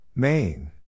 Main